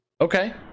Okay